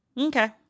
Okay